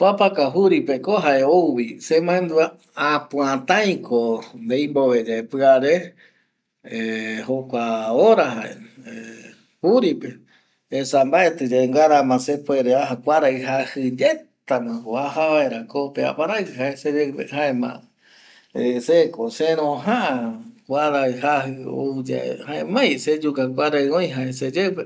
Papaka juri jaeko semandua apuataiko deimbove ye piare juri pe mbaeti ye garama se puede esa ya kuaraijaji ye jaema se ko se ronja jaema kuarai ouye jaemai se yuka oï